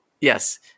yes